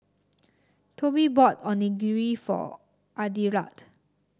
Tobi bought Onigiri for Adelard